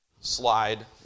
Slide